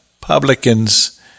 publicans